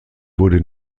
wurde